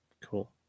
Cool